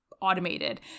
automated